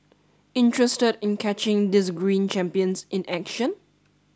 interested in catching these green champions in action